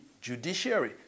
judiciary